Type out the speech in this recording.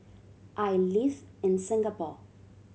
I live in Singapore